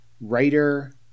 writer